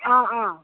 অ অ